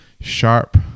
sharp